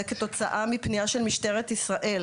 זה כתוצאה מפנייה של משטרת ישראל,